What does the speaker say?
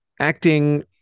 acting